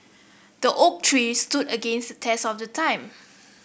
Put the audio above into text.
the oak tree stood against the test of the time